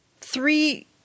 three